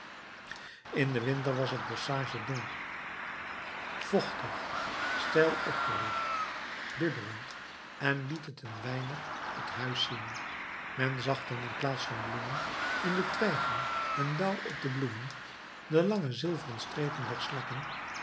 in den winter was het bosschage donker vochtig steil opgericht bibberend en liet het een weinig het huis zien men zag dan in plaats van bloemen in de twijgen en dauw op de bloemen de lange zilveren strepen der slakken